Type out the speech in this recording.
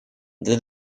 для